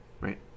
right